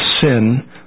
sin